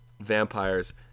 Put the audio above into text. vampires